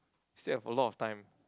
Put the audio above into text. still have a lot of time